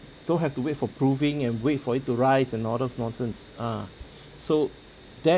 do have to wait for proving and wait for it to rise and all those nonsense ah so that